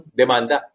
demanda